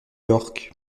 york